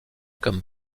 comme